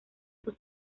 sus